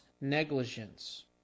negligence